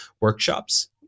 workshops